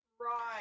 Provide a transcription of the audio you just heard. Right